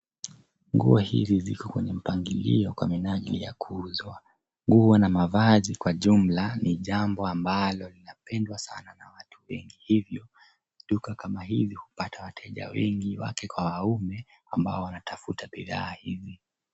Nguo hizi ziko kwenye mpangilio kwa minajili ya kuuzwa. Nguo na mavazi, kwa jumla, ni jambo ambalo linapendwa sana na watu wengi hivyo duka kama hili hupata wateja wengi; wake kwa waume, ambao wanatafuta bidhaa hivi.